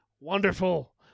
wonderful